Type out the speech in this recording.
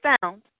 found